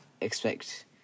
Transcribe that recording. expect